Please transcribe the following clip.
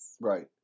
Right